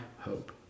hope